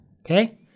Okay